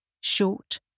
short